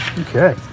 Okay